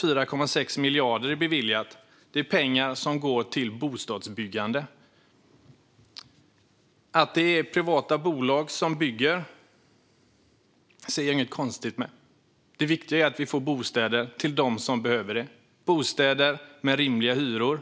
4,6 miljarder har beviljats. Det är pengar som går till bostadsbyggande. Att det är privata bolag som bygger ser jag inget konstigt med. Det viktiga är att vi får bostäder till dem som behöver dem. Det behövs hyresrätter med rimliga hyror.